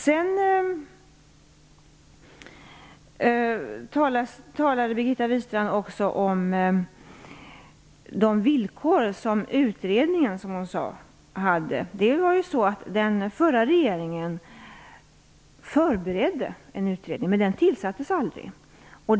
Birgitta Wistrand talade också om villkoren för utredningen. Den förra regeringen förberedde en utredning, men den tillsattes aldrig.